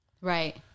Right